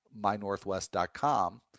MyNorthwest.com